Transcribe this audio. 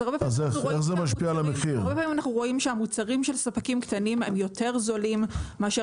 אז הרבה פעמים אנחנו רואים שהמוצרים של ספקים קטנים הם יותר זולים מאשר